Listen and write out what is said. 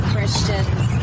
Christians